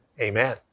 amen